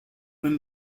when